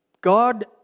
God